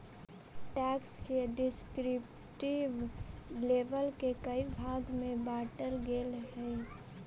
tax के descriptive label के कई भाग में बांटल गेल हई